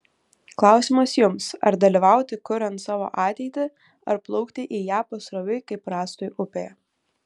klausimas jums ar dalyvauti kuriant savo ateitį ar plaukti į ją pasroviui kaip rąstui upėje